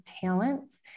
talents